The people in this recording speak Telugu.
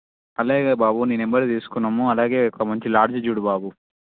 అలాగే బాబు నీ నెంబర్ తీసుకున్నాము అలాగే ఒక మంచి లాడ్జ్ చూడు బాబు